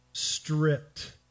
stripped